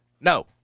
No